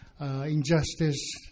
injustice